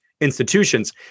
institutions